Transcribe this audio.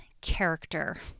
character